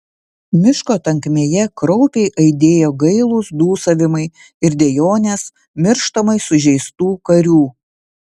miško tankmėje kraupiai aidėjo gailūs dūsavimai ir dejonės mirštamai sužeistų karių